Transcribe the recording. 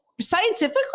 scientifically